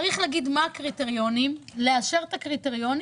צריך להגיד מה הקריטריונים, לאשר את הקריטריונים.